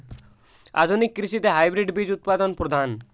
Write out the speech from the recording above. আধুনিক কৃষিতে হাইব্রিড বীজ উৎপাদন প্রধান